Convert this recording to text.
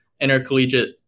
intercollegiate